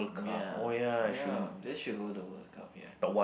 ya ya they should hold the World Cup here